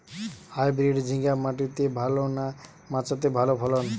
Hybrid ঝিঙ্গা মাটিতে ভালো না মাচাতে ভালো ফলন?